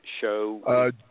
show